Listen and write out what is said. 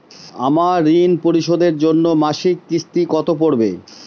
আমার ঋণ পরিশোধের জন্য মাসিক কিস্তি কত পড়বে?